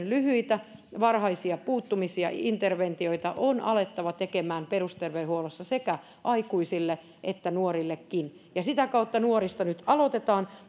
lyhyitä varhaisia puuttumisia interventioita on alettava tekemään perusterveydenhuollossa sekä aikuisille että nuorille ja sitä kautta nuorista nyt aloitetaan